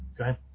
Okay